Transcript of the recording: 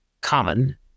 common